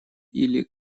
или